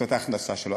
נגיד, זאת ההכנסה שלו.